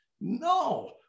No